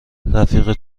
رفیق